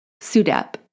SUDEP